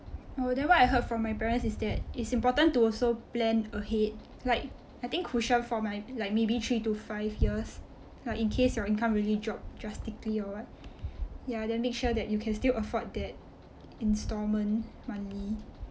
oh then what I heard from my parents is that it's important to also plan ahead like I think crucial for my like maybe three to five years in case your income really drop drastically or what ya then make sure you can still afford that instalment monthly